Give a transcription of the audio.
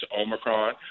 Omicron